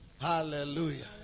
Hallelujah